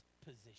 position